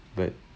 but